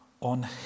on